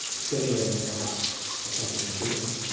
simulating perhaps something chewing,